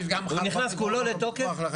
הוא נכנס כולו לתוקף.